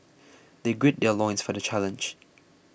they gird their loins for the challenge